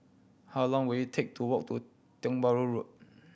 how long will it take to walk to Tiong Bahru Road